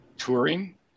Touring